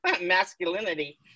masculinity